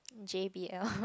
j_b_l